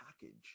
package